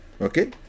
okay